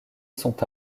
sont